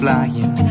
Flying